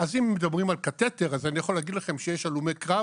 אז אם מדברים על קטטר אני יכול להגיד לכם שיש הלומי קרב